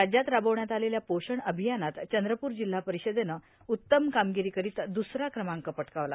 राज्यात राबवण्यात आलेल्या पोषण अभियानात चंद्रपूर जिल्हा परिषदेनं उत्तम कामगीरी करीत द्रसरा क्रमांक पटकावला